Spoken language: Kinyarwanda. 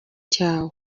cyawo